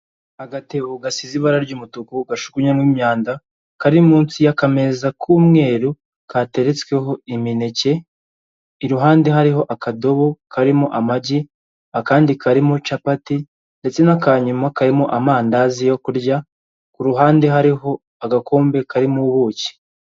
Agatebo gasize ibara ry'umutuku, gajugunywamo imyanda, kari munsi ya'akameza k'umweru, kateretsweho imineke, iruhande hariho akadobo karimo amagi, akandi karimo capati, ndetse n'akanyuma karimo amandazi yo kurya kuruhande hariho agakombe karimo ubuki.